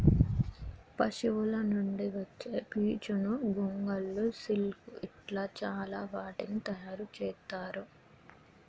పశువుల నుండి వచ్చే పీచును గొంగళ్ళు సిల్క్ ఇట్లా చాల వాటిని తయారు చెత్తారు